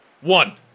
One